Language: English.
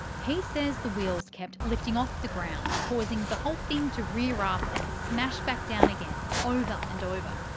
he says the wheels kept lifting off the ground, causing the whole thing to rear ah up and smash back down again over and over.